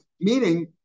meaning